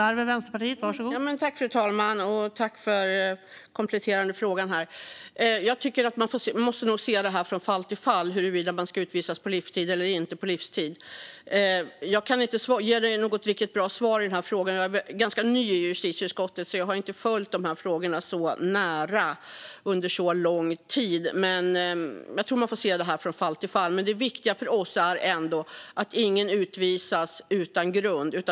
Fru talman! Tack, ledamoten, för den kompletterande frågan! Man måste nog se det från fall till fall huruvida man ska utvisas på livstid eller inte. Jag kan inte ge dig något riktigt bra svar på frågan. Jag är ganska ny i justitieutskottet och har inte följt de här frågorna så nära under lång tid, men jag tror att man får se detta från fall till fall. Det viktiga för oss är ändå att ingen utvisas utan grund.